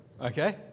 okay